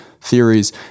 theories